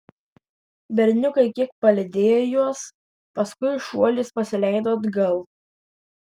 berniukai kiek palydėjo juos paskui šuoliais pasileido atgal